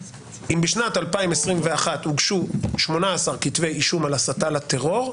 אם בשנת 2021 הוגשו 18 כתבי אישום על הסתה לטרור,